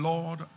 Lord